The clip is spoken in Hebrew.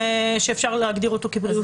שאפשר להגדיר אותו כבריאותי.